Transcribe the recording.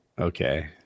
Okay